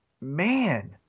man